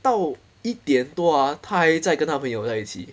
到一点多 ah 她还在跟她朋友在一起